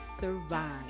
survive